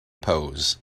pose